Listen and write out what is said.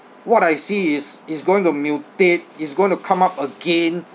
what I see is is going to mutate is going to come up again